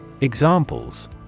Examples